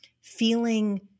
feeling